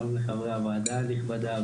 שלום לחברי הוועדה הנכבדה,